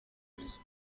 vie